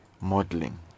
modeling